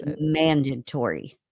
mandatory